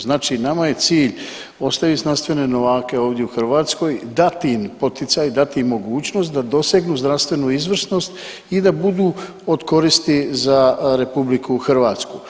Znači nama je cilj ostavit znanstvene novake ovdje u Hrvatskoj, dati im poticaj, dati im mogućnost da dosegnu zdravstvenu izvrsnost i da budu od koristi za Republiku hrvatsku.